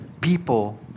People